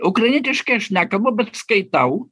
ukrainietiškai aš nekalbu bet skaitau